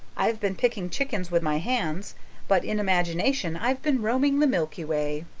i've been picking chickens with my hands but in imagination i've been roaming the milky way.